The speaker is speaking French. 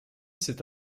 cet